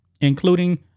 including